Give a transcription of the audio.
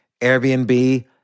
Airbnb